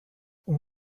اون